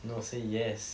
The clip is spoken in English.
no say yes